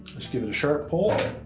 let's give it a sharp pull